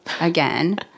again